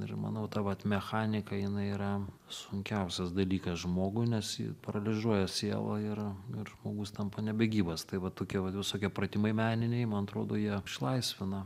ir manau ta vat mechanika jinai yra sunkiausias dalykas žmogui nes ji paralyžuoja sielą ir ir žmogus tampa nebegyvas tai va tokie vat visokie pratimai meniniai man atrodo jie išlaisvina